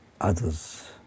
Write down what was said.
others